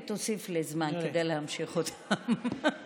ותוסיף לי זמן כדי להמשיך אותם.